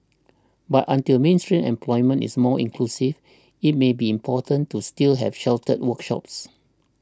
but until mainstream employment is more inclusive it may be important to still have sheltered workshops